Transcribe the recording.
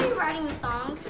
writing the song?